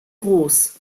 groß